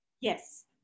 Yes